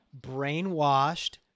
brainwashed